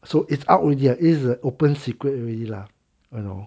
so it's outrageous it is a open secret already lah you know